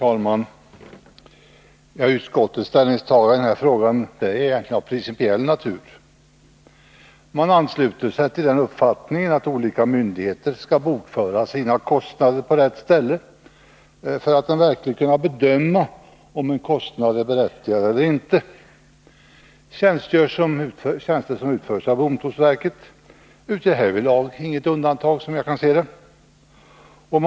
Herr talman! Utskottets ställningstagande i denna fråga är av principiell natur. Utskottet ansluter sig till uppfattningen att olika myndigheter skall bokföra sina kostnader på rätt ställe för att de verkligen skall kunna bedöma om en kostnad är berättigad eller inte. Tjänster som utförs av domstolsverket utgör såvitt jag kan bedöma härvidlag inget undantag.